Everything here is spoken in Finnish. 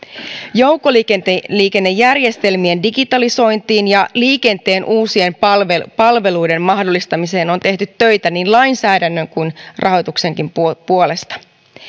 joukkoliikennejärjestelmien digitalisoinnissa ja liikenteen uusien palveluiden mahdollistamisessa on tehty töitä niin lainsäädännön kuin rahoituksenkin puolesta puolesta